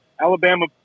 Alabama